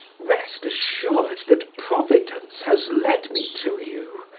rest assured that providence has led me to you,